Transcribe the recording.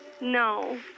No